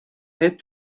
had